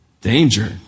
danger